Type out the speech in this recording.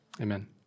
amen